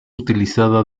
utilizada